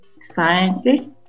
sciences